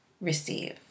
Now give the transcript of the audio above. receive